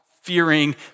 fearing